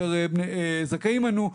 יותר זכאים ענו,